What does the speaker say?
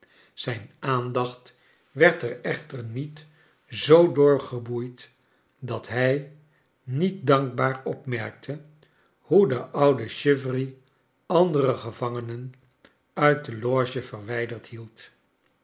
zijn aandacht werd er echter niet zoo door geboeid dat hij niet dankbaar opmerkte hoe de oude chivery andere gevangenen uit de loge verwijderd hield